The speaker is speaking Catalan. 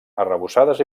arrebossades